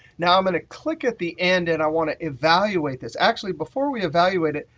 now, i'm going to click at the end and i want to evaluate this. actually, before we evaluate it,